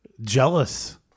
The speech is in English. jealous